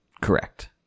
Correct